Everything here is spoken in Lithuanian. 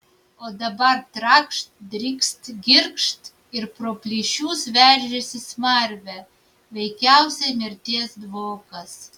o dabar trakšt drykst girgžt ir pro plyšius veržiasi smarvė veikiausiai mirties dvokas